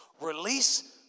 release